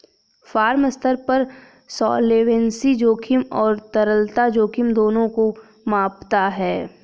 firm स्तर पर solvency जोखिम और तरलता जोखिम दोनों को मापता है